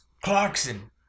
Clarkson